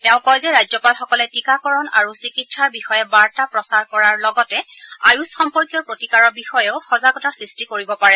তেওঁ কয় যে ৰাজ্যপালসকলে টীকাকৰণ আৰু চিকিৎসাৰ বিষয়ে বাৰ্তা প্ৰচাৰ কৰাৰ লগতে আয়ুষ সম্পৰ্কীয় প্ৰতিকাৰৰ বিষয়েও সজাগতা সৃষ্টি কৰিব পাৰে